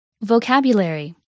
Vocabulary